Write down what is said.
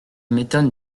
m’étonne